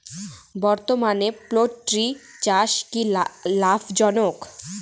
বর্তমানে পোলট্রি চাষ কি লাভজনক?